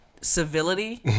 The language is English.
civility